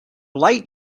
light